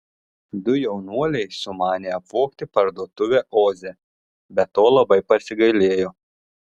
du jaunuoliai sumanė apvogti parduotuvę oze bet to labai pasigailėjo